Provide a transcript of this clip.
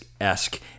esque